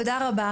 תודה רבה.